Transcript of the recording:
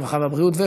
הרווחה והבריאות.